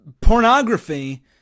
pornography